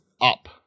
up